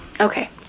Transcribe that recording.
okay